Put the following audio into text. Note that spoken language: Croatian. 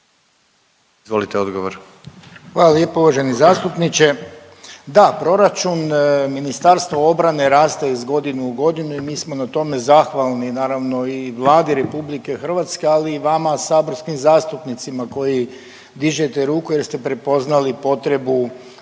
Branko (HDS)** Hvala lijepo uvaženi zastupniče. Da, proračun Ministarstva obrane raste iz godine u godinu i mi smo na tome zahvalni naravno i Vladi RH, ali i vama saborskim zastupnicima koji dižete ruku jer ste prepoznali potrebu